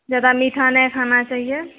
जादा मीठा नहि खाना चाहिए